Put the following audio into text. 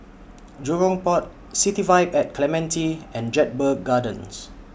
Jurong Port City Vibe At Clementi and Jedburgh Gardens